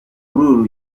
uru